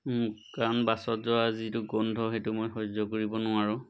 কাৰণ বাছত যোৱা যিটো গোন্ধ সেইটো মই সহ্য কৰিব নোৱাৰোঁ